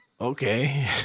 Okay